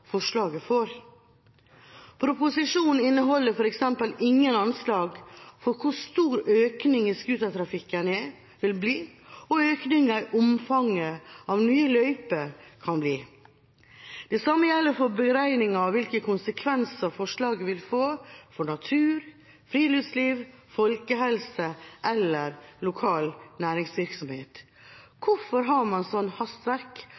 forslaget får. Proposisjonen inneholder f.eks. ingen anslag over hvor stor økninga i scootertrafikken vil bli, og hvor stor økninga i omfanget av nye løyper kan bli. Det samme gjelder for beregninga av hvilke konsekvenser forslaget vil få for natur, friluftsliv, folkehelse eller lokal næringsvirksomhet. Hvorfor har man sånt hastverk?